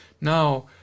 Now